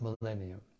millennium